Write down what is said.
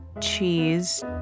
cheese